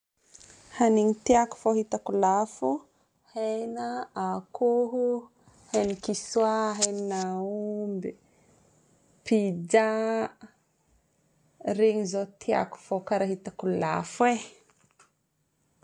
Hanigny tiako fô hitako lafo: hena, akoho, hen-kisoa hen'aomby, pizza. Regny izao tiako fô karaha hitako lafo e.